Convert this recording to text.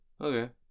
Okay